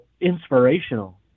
inspirational